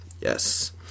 Yes